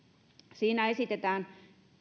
siinä esitetään